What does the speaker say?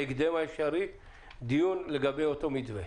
בהקדם האפשרי דיון לגבי אותו מתווה.